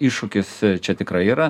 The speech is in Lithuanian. iššūkis čia tikrai yra